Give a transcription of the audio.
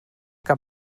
que